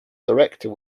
director